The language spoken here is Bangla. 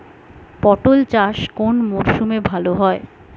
পটল চাষ কোন মরশুমে ভাল হয়?